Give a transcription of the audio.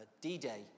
D-Day